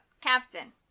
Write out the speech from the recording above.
Captain